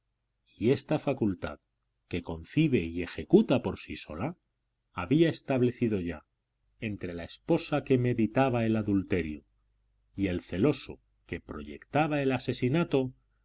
y esta facultad que concibe y ejecuta por sí sola había establecido ya entre la esposa que meditaba el adulterio y el celoso que proyectaba el asesinato